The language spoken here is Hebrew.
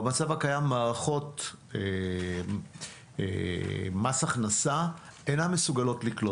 במצב הקיים מערכות מס הכנסה אינן מסוגלות לקלוט את זה.